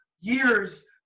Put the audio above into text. years